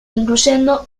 incluyendo